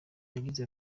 yagize